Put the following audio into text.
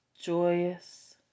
joyous